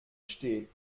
steht